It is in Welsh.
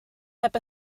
heb